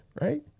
right